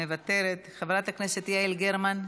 מוותרת, חברת הכנסת יעל גרמן,